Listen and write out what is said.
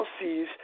sees